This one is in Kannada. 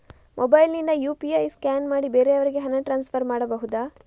ಮೊಬೈಲ್ ನಿಂದ ಯು.ಪಿ.ಐ ಸ್ಕ್ಯಾನ್ ಮಾಡಿ ಬೇರೆಯವರಿಗೆ ಹಣ ಟ್ರಾನ್ಸ್ಫರ್ ಮಾಡಬಹುದ?